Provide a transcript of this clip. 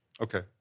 Okay